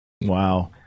Wow